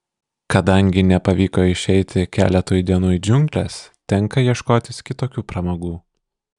kadangi nepavyko išeiti keletui dienų į džiungles tenka ieškotis kitokių pramogų